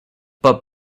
but